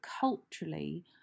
culturally